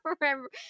remember